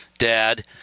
Dad